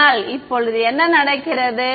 ஆனால் இப்போது என்ன நடக்கிறது